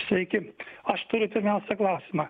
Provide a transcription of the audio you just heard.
sveiki aš turiu pirmiausia klausimą